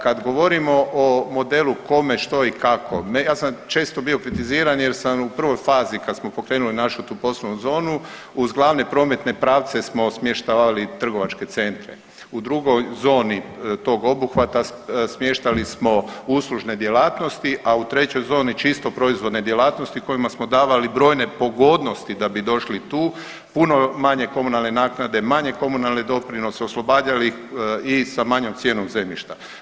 Kad govorimo o modelu kome, što i kako, meni, ja sam često bio kritiziran jer sam u prvoj fazi kad smo pokrenuli našu tu poslovnu zonu uz glavne prometne pravce smo smještavali trgovačke centre, u drugoj zoni tog obuhvata smještali smo uslužne djelatnosti, a u trećoj zoni čisto proizvodne djelatnosti kojima smo davali brojne pogodnosti da bi došli tu, puno manje komunalne naknade, manje komunalne doprinose, oslobađali ih i sa manjom cijenom zemljišta.